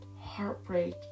heartbreak